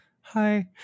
hi